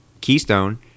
Keystone